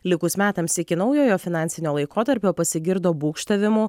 likus metams iki naujojo finansinio laikotarpio pasigirdo būgštavimų